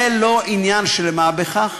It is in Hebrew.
זה לא עניין של מה בכך,